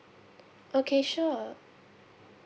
okay sure